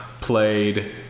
played